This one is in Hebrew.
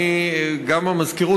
גם למזכירות,